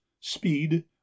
Speed